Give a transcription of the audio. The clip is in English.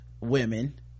women